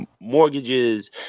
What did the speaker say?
mortgages